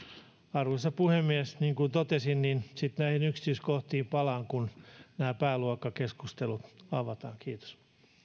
arvoisa puhemies niin kuin totesin niin sitten näihin yksityiskohtiin palaan kun pääluokkakeskustelut avataan kiitos